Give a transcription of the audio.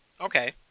Okay